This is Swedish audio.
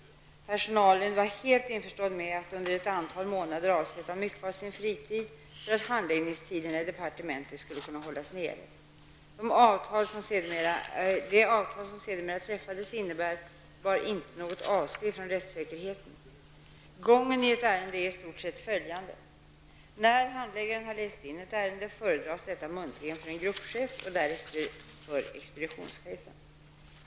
Personalen var helt införstådd med att under ett antal månader avsätta mycket av sin fritid för att handläggningstiderna i departementet skulle kunna hållas nere. Det avtal som sedermera träffades innebar inte något avsteg från rättssäkerheten. Gången i ett ärende är i stort sett följande: När handläggaren har läst in ett ärende, föredras detta muntligen för en gruppchef och därefter för expeditionschefen.